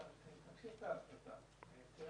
עורכת הדין שהגישה